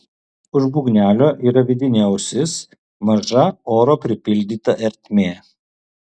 už būgnelio yra vidinė ausis maža oro pripildyta ertmė